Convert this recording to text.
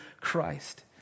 Christ